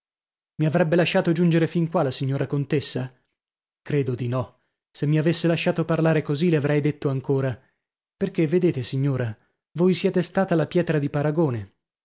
mi avrebbe lasciato giungere fin qua la signora contessa credo di no se mi avesse lasciato parlare così le avrei detto ancora perchè vedete signora voi siete stata la pietra di paragone